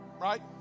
right